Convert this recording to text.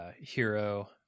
Hero